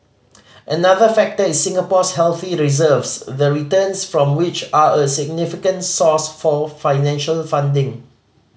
another factor is Singapore's healthy reserves the returns from which are a significant source for financial funding